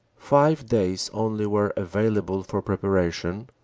five days only were available for preparation,